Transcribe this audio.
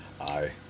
Aye